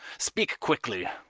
speak quickly.